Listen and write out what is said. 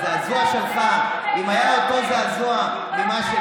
הזעזוע שלך, איבדת את זה לגמרי.